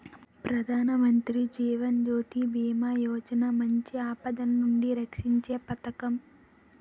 ప్రధానమంత్రి జీవన్ జ్యోతి బీమా యోజన మంచి ఆపదలనుండి రక్షీంచే పదకం